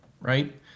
right